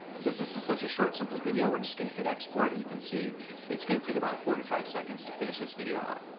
since this is such a short simple video, we're just going to hit export and you can see it's going to take about forty five seconds to finish this video out.